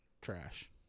trash